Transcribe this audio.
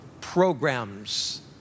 programs